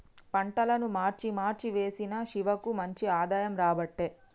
పంటలను మార్చి మార్చి వేశిన శివకు మంచి ఆదాయం రాబట్టే